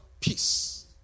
Peace